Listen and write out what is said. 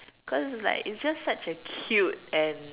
cause like it's just such a cute and